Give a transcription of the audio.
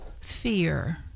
fear